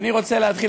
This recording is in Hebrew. אני רוצה להתחיל.